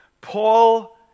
Paul